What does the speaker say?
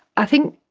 i think,